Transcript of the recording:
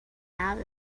have